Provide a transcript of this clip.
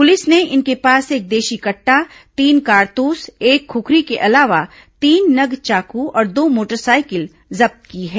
police ने इनके पास से एक देशी कट्टा तीन कारतूस एक खुखरी के अलावा तीन नग चाकू और दो मोटरसाइकिल जब्त की हैं